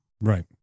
Right